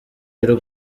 y’u